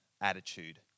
attitude